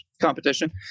competition